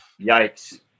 Yikes